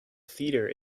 theatre